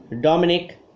Dominic